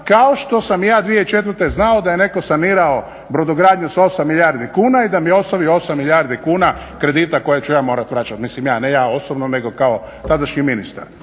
kao što sam i ja 2004. znao da je netko sanirao brodogradnju s 8 milijardi kuna i da mi je ostavio 8 milijardi kuna kredita koje ću ja morati vraćati, mislim ne ja osobno nego kao tadašnji ministar.